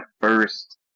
first